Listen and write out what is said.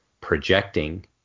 projecting